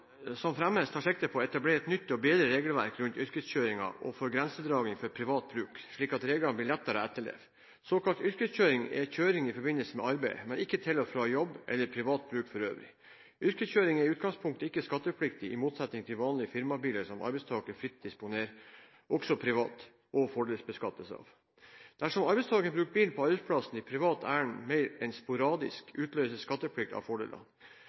som fremmes, tar sikte på å etablere et nytt og bedre regelverk rundt yrkeskjøring og grensedragning for privat bruk, slik at reglene blir lettere å etterleve. Såkalt yrkeskjøring er kjøring i forbindelse med arbeidet, men ikke til og fra jobb eller privat bruk for øvrig. Yrkeskjøring er i utgangspunktet ikke skattepliktig, i motsetning til vanlige firmabiler som arbeidstakeren fritt disponerer – også privat – og fordelsbeskattes av. Dersom arbeidstakeren bruker arbeidsplassens bil i privat ærend mer enn sporadisk, utløses skatteplikt av